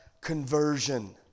conversion